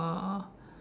oh